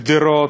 גדרות,